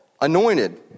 Anointed